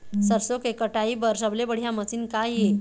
सरसों के कटाई बर सबले बढ़िया मशीन का ये?